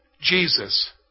Jesus